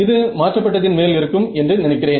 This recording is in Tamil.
இது மாற்றபட்டதின் மேல் இருக்கும் என்று நினைக்கிறேன்